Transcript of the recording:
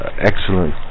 excellent